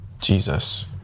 Jesus